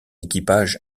équipage